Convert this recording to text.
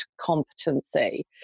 competency